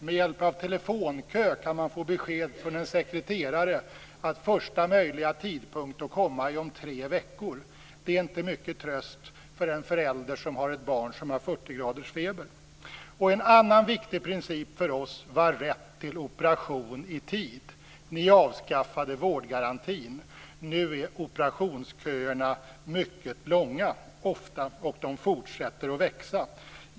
Med hjälp av telefonkö kan man få besked från en sekreterare om att första möjliga tidpunkt att komma är om tre veckor. Det är inte mycket tröst för en förälder som har ett barn som har 40 graders feber. En annan viktig princip för oss var rätt till operation i tid. Ni avskaffade vårdgarantin. Nu är operationsköerna ofta mycket långa, och de fortsätter att växa.